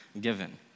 given